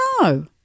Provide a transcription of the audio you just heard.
No